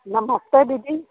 नमस्ते दीदी